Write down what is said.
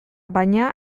baina